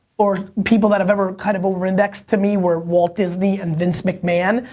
or people that have ever kind of over-indexed to me were walt disney and vince mcmahon,